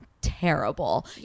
terrible